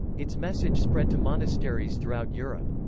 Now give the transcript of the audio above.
its message spread to monasteries throughout europe.